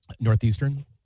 Northeastern